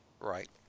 Right